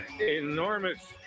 Enormous